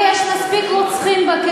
שידעו להפעיל את שיקול